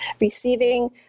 receiving